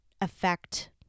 affect